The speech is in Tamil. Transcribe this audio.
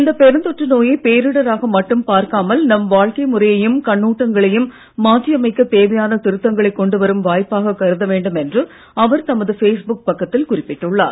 இந்த பெருந்தொற்று நோயை பேரிடராக மட்டும் பார்க்காமல் நம் வாழ்க்கை முறையையும் கண்ணோட்டங்களையும் மாற்றி அமைக்க தேவையான திருத்தங்களை கொண்டு வரும் வாய்ப்பாக கருத வேண்டும் என்ற அவர் தமது பேஸ்புக் பக்கத்தில் குறிப்பிட்டுள்ளார்